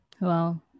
Wow